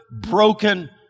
broken